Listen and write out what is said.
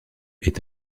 est